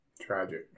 Tragic